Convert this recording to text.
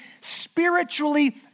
spiritually